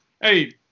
Hey